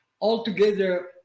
altogether